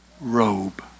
robe